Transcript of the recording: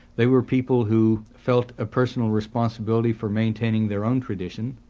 they were people who felt a personal responsibility for maintaining their own tradition,